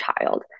child